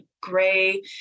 gray